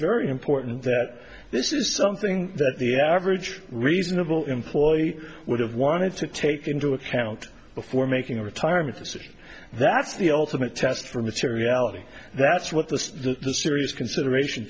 very important that this is something that the average reasonable employee would have wanted to take into account before making a retirement decision that's the ultimate test for materiality that's what the serious consideration